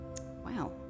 wow